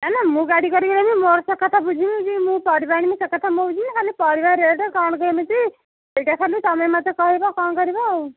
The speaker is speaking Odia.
ନା ନା ମୁଁ ଗାଡ଼ି କରିକି ନେବି ମୋର ସେ କଥା ବୁଝିବି ମୁଁ ପରିବା ଆଣିବି ସେ କଥା ମୁଁ ବୁଝିବି ନା ଖାଲି ପରିବା ରେଟ୍ କଣ କେମିତି ସେଇଟା ଖାଲି ତମେ ମୋତେ କହିବ କଣ କରିବ ଆଉ